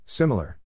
Similar